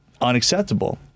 unacceptable